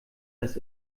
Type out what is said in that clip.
dass